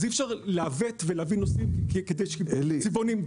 אז אי אפשר לעוות ולהביא נושאים כדי שזה יהיה צבעוני.